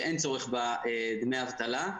ואין צורך בדמי אבטלה.